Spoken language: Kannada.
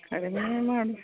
ಕಡಿಮೆ ಮಾಡಿ